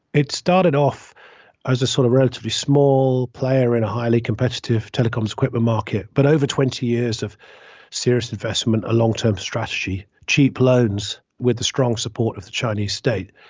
it started off as a sort of relatively small player in a highly competitive telecoms equipment market but over twenty years of serious investment, a long term strategy, cheap loans with the strong support of the chinese state.